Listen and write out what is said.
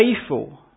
faithful